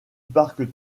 parc